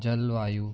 ਜਲਵਾਯੂ